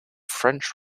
french